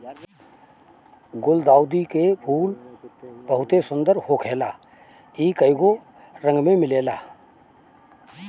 गुलदाउदी के फूल बहुते सुंदर होखेला इ कइगो रंग में मिलेला